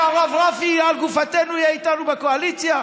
הרב רפי על גופתנו יהיה איתנו בקואליציה.